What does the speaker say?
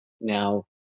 now